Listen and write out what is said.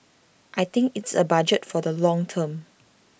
I think it's A budget for the long term